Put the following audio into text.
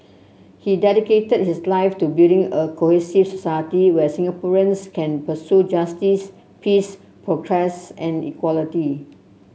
he dedicated his life to building a cohesive society where Singaporeans can pursue justice peace progress and equality